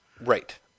Right